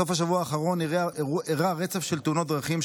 בסוף השבוע האחרון אירע רצף של תאונת דרכים,